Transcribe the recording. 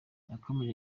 yakomeje